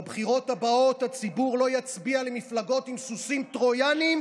בבחירות הבאות הציבור לא יצביע למפלגות עם סוסים טרויאניים